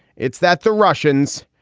it's that the russians,